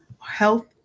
health